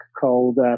called